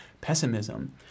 pessimism